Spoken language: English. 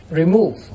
remove